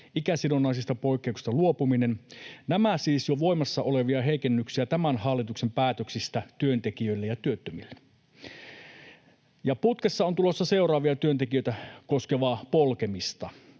ikäsidonnaisista poikkeuksista luopuminen. Nämä siis jo voimassa olevia heikennyksiä tämän hallituksen päätöksistä työntekijöille ja työttömille. Ja putkessa on tulossa seuraavaa työntekijöitä koskevaa polkemista: